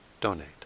donate